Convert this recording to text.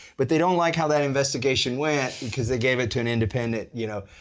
but they don't like how that investigation went because they gave it to an independent, you know,